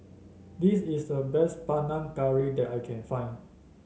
this is the best Panang Curry that I can find